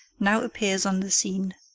now appears on the scene.